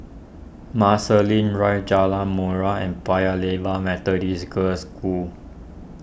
Marsiling Drive Jalan Murai and Paya Lebar Methodist Girls' School